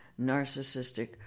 narcissistic